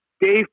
Dave